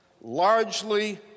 largely